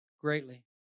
greatly